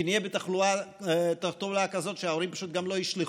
כי נהיה בתחלואה כזו שההורים פשוט גם לא ישלחו,